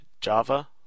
Java